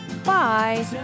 Bye